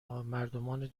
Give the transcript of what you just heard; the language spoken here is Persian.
مردمان